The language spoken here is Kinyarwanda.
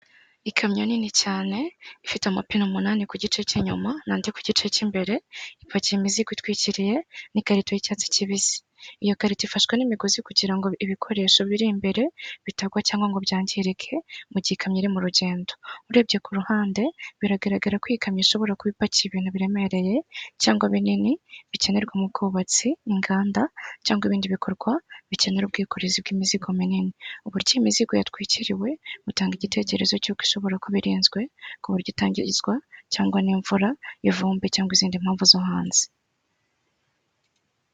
Ikamyo nini cyane ifite amapine umunani ku gice cy'inyuma nandi ku gice cy'imbere, ipakiye imizi itwikiriye n'ikarito'icyatsi kibisi, iyo karito ifashwe n'imigozi kugira ngo ibikoresho biri imbere bitagwa cyangwa ngo byangirika mu gikamyo iri mu rugendo. Urebye ku ruhande biragaragara ko iyi kamyo ishobora kuba ipakiye ibintu biremereye cyangwa binini, bikenerwa mu bwubatsi, inganda cyangwa ibindi bikorwa bikenera ubwikorezi bw'imizigo minini. Uburyo imizigo yatwikiriwe butanga igitekerezo cyoukoshobora kuba birinzwe ku buryo itangizwa cyangwa n'imvura ivumbi cyangwa izindi mpamvu zo hanze.